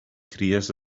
cries